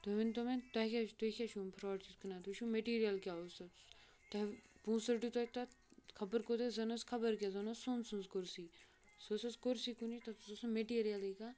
تُہۍ ؤنۍ تو وۄنۍ تۄہہِ کیٛازِ چھُو تُہۍ کیازِ چھو یِم فراڈ چیٖز کٕنان تُہۍ وٕچھِو میٹیٖریَل کیاہ اوس تۄہہِ پونٛسہٕ رٔٹِو تۄہہِ تَتھ خَبَر کوٗتاہ زن ٲسۍ خَبر کیاہ زن اوس سۄنسٕنٛز کُرسی سۄ حظ ٲسۍ کُرسی تَتھ نہ حظ اوس نہٕ میٚٹیٖرِیلٕے کانٛہہ